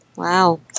Wow